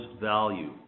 value